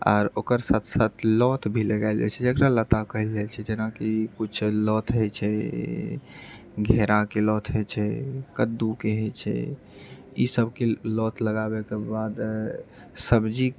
आर ओकर साथ साथ लौत भी लगाएल जाइत छै जकरा लता कहल जाइत छै जेनाकि किछु लौत होइत छै घेराके लौत होइत छै कद्दूके होइत छै ईसबके लौत लगाबएके बाद सब्जी